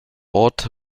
ort